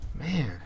Man